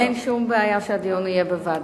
אין שום בעיה שהדיון יהיה בוועדה.